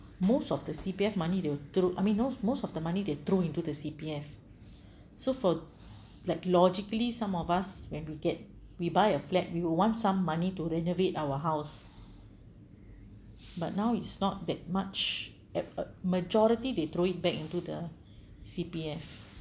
most of the C_P_F money they will throw I mean most most of the money they throw into the C_P_F so for like logically some of us when we get we buy a flat we will want some money to renovate our house but now it's not that much uh uh majority they throw it back into the C_P_F